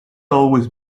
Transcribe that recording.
always